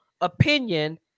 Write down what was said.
opinion